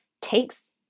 takes